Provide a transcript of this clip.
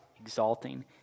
exalting